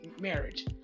marriage